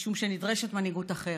משום שנדרשת מנהיגות אחרת.